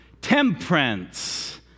Temperance